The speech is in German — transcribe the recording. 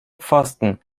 pfosten